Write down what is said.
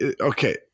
okay